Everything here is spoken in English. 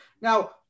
Now